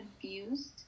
confused